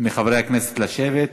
מחברי הכנסת לשבת.